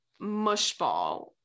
mushball